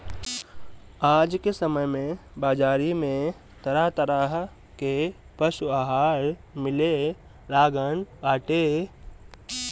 आज के समय में बाजारी में तरह तरह के पशु आहार मिले लागल बाटे